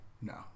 No